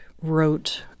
wrote